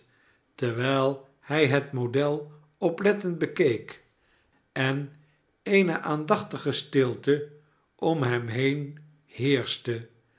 terwijl hij het model oplettend bekeek en eene aandachtige stilte om hem heen heerschte